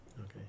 okay